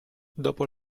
dopo